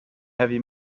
heavy